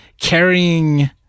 carrying